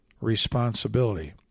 responsibility